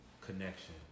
connection